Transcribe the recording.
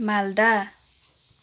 Malda